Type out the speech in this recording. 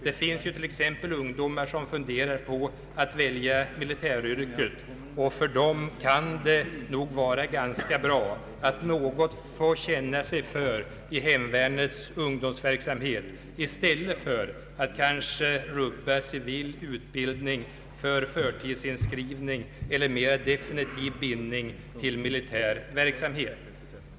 Det finns ju t.ex. ungdomar som funderar på att välja militäryrket, och för dem kan det nog vara ganska bra att få känna sig för något i hemvärnets ungdomsverksamhet i stället för att kanske rubba den civila utbildningen för förtidsinskrivning eller mera definitiv bindning till militär verksamhet.